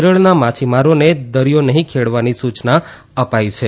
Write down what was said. કેરળના માછીમારાને દરિય નહીં ખેડવાની સૂચના પાઈ છે